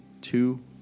two